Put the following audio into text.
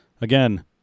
Again